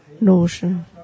notion